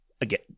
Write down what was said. Again